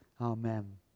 Amen